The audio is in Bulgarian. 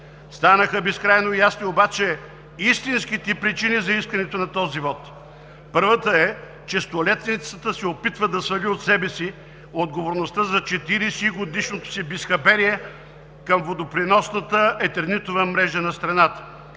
Станаха безкрайно ясни обаче истинските причини за искането на този вот. Първата е, че Столетницата се опитва да свали от себе си отговорността за 40-годишното си безхаберие към водопреносната етернитова мрежа на страната.